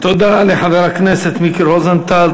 תודה לחבר הכנסת מיקי רוזנטל.